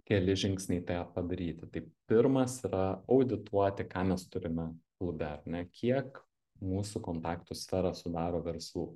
keli žingsniai tą padaryti tai pirmas yra audituoti ką mes turime klube kiek mūsų kontaktų sferą sudaro verslų